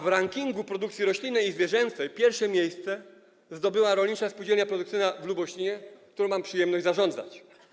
A w rankingu produkcji roślinnej i zwierzęcej pierwsze miejsce zdobyła Rolnicza Spółdzielnia Produkcyjna w Lubosinie, którą mam przyjemność zarządzać.